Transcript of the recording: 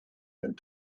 and